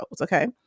okay